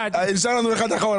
נשאר לנו אחד אחרון.